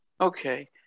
Okay